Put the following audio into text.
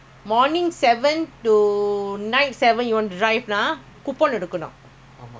after seven everyday after seven you can drive [what]